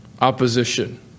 Opposition